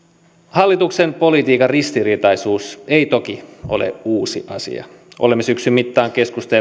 hallituksen politiikan ristiriitaisuus ei toki ole uusi asia olemme syksyn mittaan keskustelleet